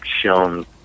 shown